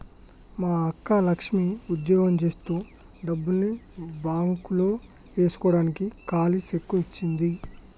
మా అక్క లక్ష్మి ఉద్యోగం జేత్తు డబ్బుల్ని బాంక్ లో ఏస్కోడానికి కాలీ సెక్కు ఇచ్చింది